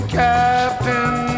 captain